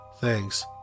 Thanks